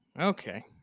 Okay